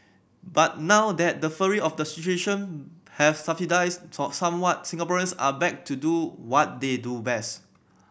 but now that the fury of the situation have subsided saw somewhat Singaporeans are back to do what they do best